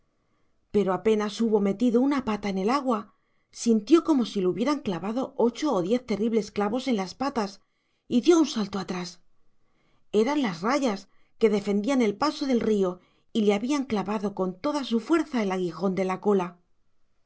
lo hubieran clavado ocho o diez terribles clavos en las patas y dio un salto atrás eran las rayas que defendían el paso del río y le habían clavado con toda su fuerza el aguijón de la cola